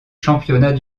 championnats